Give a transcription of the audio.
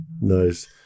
Nice